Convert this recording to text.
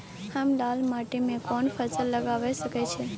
हम लाल माटी में कोन फसल लगाबै सकेत छी?